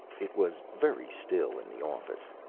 it was very still in the office.